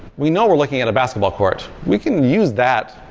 we know we're looking at a basketball court. we can use that,